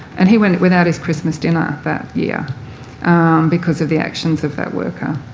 and he went without his christmas dinner that year because of the actions of that worker.